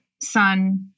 son